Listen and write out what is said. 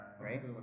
right